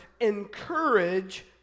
encourage